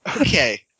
Okay